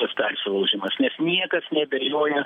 persilaužymas nes niekas neabejoja